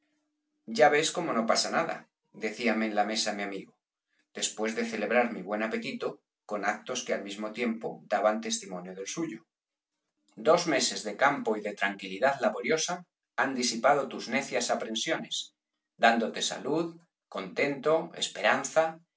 ya ves cómo no pasa nada decíame en la mesa mi amigo después de celebrar mi buen apetito con actos que al mismo tiempo b pérez galdós daban testimonio del suyo dos meses de campo y de tranquilidad laboriosa han disipado tus necias aprensiones dándote salud contento esperanza